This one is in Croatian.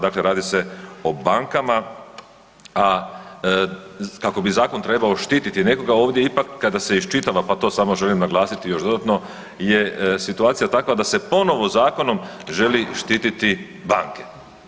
Dakle, radi se o bankama, a kako bi zakon trebao štititi nekoga ovdje ipak kada se iščitava, pa to samo želim naglasiti još dodatno je situacija takva da se ponovo zakonom želi štititi banke.